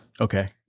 Okay